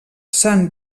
sant